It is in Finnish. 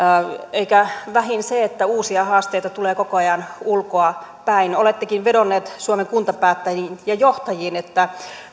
eikä vähiten siinä että uusia haasteita tulee koko ajan ulkoapäin olettekin vedonneet suomen kuntapäättäjiin ja johtajiin että